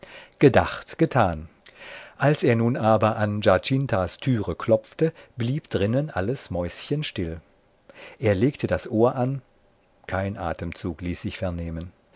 gedacht getan als er nun aber an giacintas türe klopfte blieb drinnen alles mäuschenstill er legte das ohr an kein atemzug ließ sich vernehmen